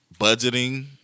budgeting